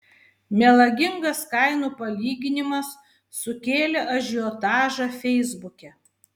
melagingas kainų palyginimas sukėlė ažiotažą feisbuke